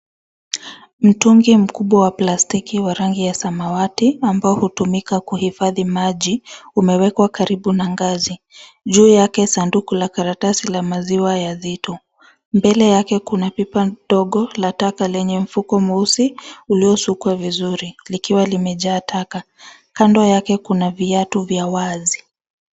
Mtungi mkubwa wa plastiki wa rangi ya samawati ambao hutumika kuhifadhi maji umewekwa karibu na ngazi. Juu yake sanduku la karatasi la maziwa ya zito. Mbele yake kuna pipa ndogo la taka lenye mfuko mweusi uliosukwa vizuri likiwa limejaa taka. Kando yake kuna viatu vya wazi.